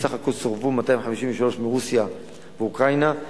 סך הכול סורבו 253 מרוסיה ואוקראינה,